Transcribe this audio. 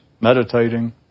meditating